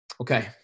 Okay